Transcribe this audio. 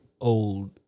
old